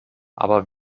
aber